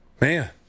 man